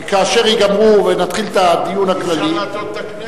כאשר יגמרו ונתחיל את הדיון הכללי,